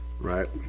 Right